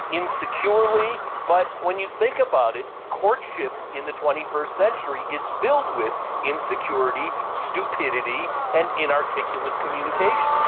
insecurely, but when you think about it, courtship in the twenty first century is filled with insecurity, stupidity and inarticulate communication.